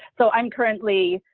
so i'm currently,